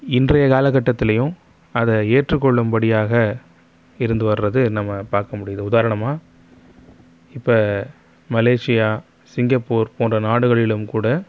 இன்றைய காலகட்டத்திலையும் அதை ஏற்றுக்கொள்ளும்படியாக இருந்து வர்றது நம்ம பார்க்க முடியுது உதாரணமாக இப்ப மலேஷியா சிங்கப்பூர் போன்ற நாடுகளிலும் கூட